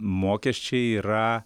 mokesčiai yra